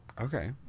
okay